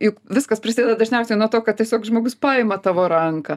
juk viskas prasideda dažniausiai nuo to kad tiesiog žmogus paima tavo ranką